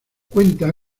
cuenta